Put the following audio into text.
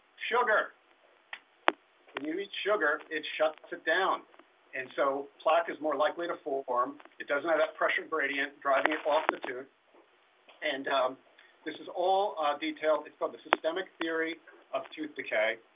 sugar when you eat sugar it shuts it down and so plaque is more likely to form it doesn't have that pressure gradient driving it off the tooth and this is all a detail it's called the systemic theory of tooth decay.